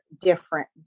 different